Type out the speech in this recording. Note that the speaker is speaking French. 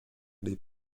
les